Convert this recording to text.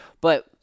But-